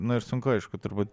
nu ir sunku aišku turbūt